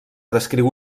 descriu